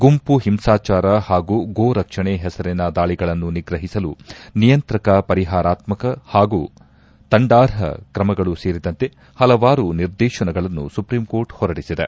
ಗುಂಪು ಹಿಂಸಾಚಾರ ಹಾಗೂ ಗೋ ರಕ್ಷಣೆ ಹೆಸರಿನ ದಾಳಿಗಳನ್ನು ನಿಗ್ರಹಿಸಲು ನಿಯಂತ್ರಕ ಪರಿಹಾರಾತ್ಕಕ ಹಾಗೂ ತಂಡಾರ್ಹ ಕ್ರಮಗಳು ಸೇರಿದಂತೆ ಹಲವಾರು ನಿರ್ದೇಶನಗಳನ್ನು ಸುಪ್ರೀಂಕೋರ್ಟ್ ಹೊರಡಿಸಿದೆ